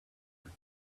her